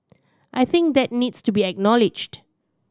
I think that needs to be acknowledged